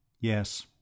Yes